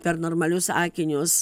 per normalius akinius